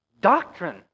doctrine